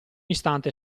istante